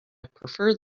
prefer